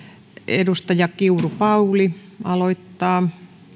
edustaja kiuru pauli aloittaa